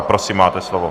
Prosím, máte slovo.